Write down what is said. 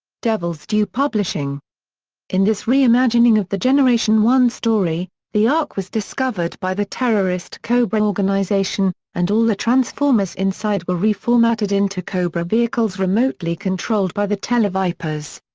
devil's due publishing in this reimagining of the generation one story, the ark was discovered by the terrorist cobra organization, and all the transformers inside were reformatted into cobra vehicles remotely controlled by the televipers.